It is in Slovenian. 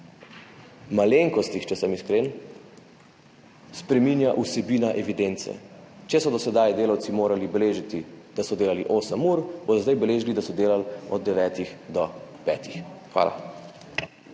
malenkostih, če sem iskren, spreminja vsebina evidence. Če so do zdaj delavci morali beležiti, da so delali osem ur, bodo zdaj beležili, da so delali od devetih